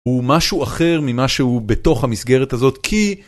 הוא משהו אחר ממה שהוא בתוך המסגרת הזאת כי